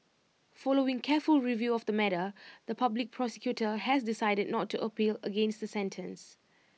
following careful review of the matter the Public Prosecutor has decided not to appeal against the sentence